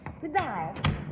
Goodbye